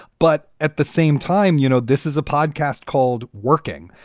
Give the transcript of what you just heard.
but at the same time, you know, this is a podcast called working.